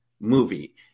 movie